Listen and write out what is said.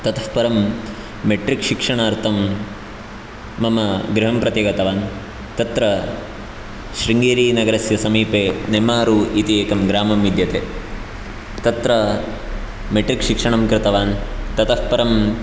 ततः परं मेट्रिक् शिक्षणार्थं मम गृहं प्रति गतवान् तत्र शृङ्गेरिनगरस्य समीपे नेम्मरु इति एकं ग्रामं विद्यते तत्र मेट्रिक्शिक्षणं कृतवान् ततः परम्